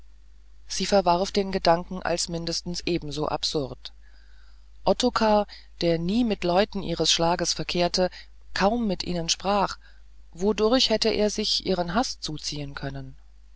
sie verwarf den gedanken als mindestens ebenso absurd ottokar der nie mit leuten ihres schlages verkehrte kaum mit ihnen sprach wodurch hätte er sich ihren haß zuziehen können